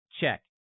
Check